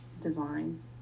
divine